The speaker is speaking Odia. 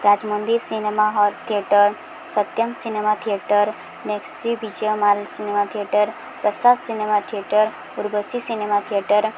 Rajahmundry cinema hall theatre Sathyam cinema theatre ନେକ୍ସି Vijaya mall cinema theatre Prasad cinema theatre Purbashi cinema theatre